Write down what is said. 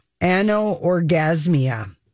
ano-orgasmia